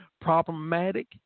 problematic